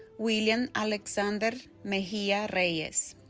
willian alexander mejia reyes